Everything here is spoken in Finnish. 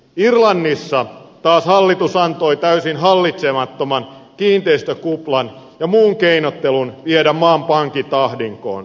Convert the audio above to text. irlannissa taas hallitus antoi täysin hallitsemattoman kiinteistökuplan ja muun keinottelun viedä maan pankit ahdinkoon